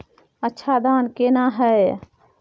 अच्छा धान केना हैय?